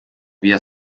via